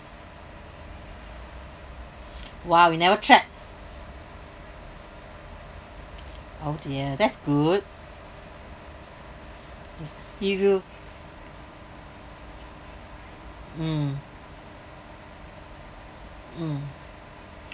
!wow! you never trapped oh dear that's good if you mm mm